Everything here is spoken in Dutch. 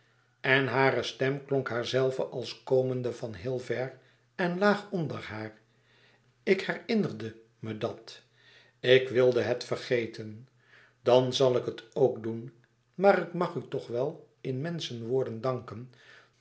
en hare stem klonk haarzelve als komende van heel ver en laag onder haar ik herinnerde me dat ik wilde het vergeten louis couperus extaze een boek van geluk dan zal ik het ook doen maar ik mag u toch wel in menschenwoorden danken